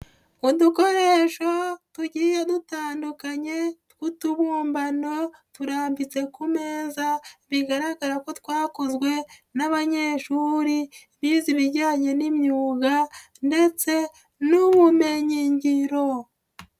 Udukoresho tugiye dutandukanye tw'utubumbano turambitse ku meza bigaragara ko twakozwe n'abanyeshuri bize ibijyanye n'imyuga ndetse n'ubumenyingiro.